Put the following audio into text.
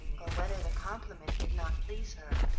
or whether the compliment did not please her,